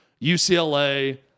UCLA